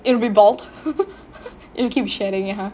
it'll be bald it'll keep shedding ya